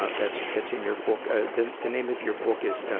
ah that's, that's in your book. ah the, the name of your book is, ah,